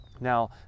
Now